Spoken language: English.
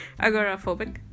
Agoraphobic